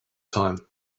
time